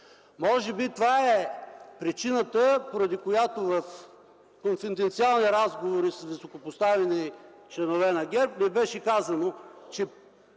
Може би това е причината, поради която в конфиденциални разговори с високопоставени членове на ГЕРБ ни беше казано, че